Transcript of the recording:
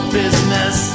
business